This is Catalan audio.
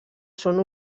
són